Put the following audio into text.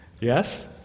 Yes